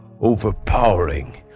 overpowering